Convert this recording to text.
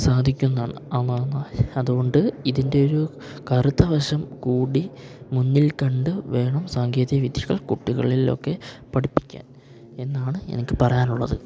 സാധിക്കുന്നാണ് അതുകൊണ്ട് ഇതിൻ്റെ ഒരു കറുത്തവശം കൂടി മുന്നിൽ കണ്ടുവേണം സാങ്കേതിക വിദ്യകൾ കുട്ടികളിയൊക്കെ പഠിപ്പിക്കാൻ എന്നാണ് എനിക്ക് പറയാനുള്ളത്